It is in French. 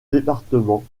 département